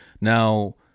now